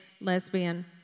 lesbian